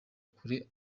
kure